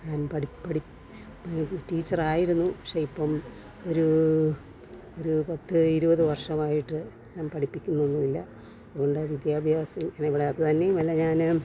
ഞാൻ ടീച്ചർ ആയിരുന്നു പക്ഷേ ഇപ്പം ഒരു ഒരു പത്ത് ഇരുപത് വർഷമായിട്ട് ഞാൻ പഠിപ്പിക്കുന്നൊന്നും ഇല്ല അതുകൊണ്ടാ വിദ്യാഭ്യാസം പിന്നെ ഇവിടെ അതുതന്നെയുമല്ല ഞാൻ